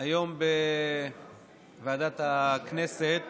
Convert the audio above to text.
היום בוועדת הכנסת